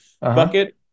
bucket